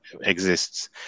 exists